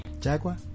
Jaguar